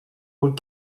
old